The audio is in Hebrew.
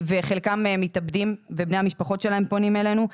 חלקם מתאבדים ובני המשפחות שלהם פונים אלינו.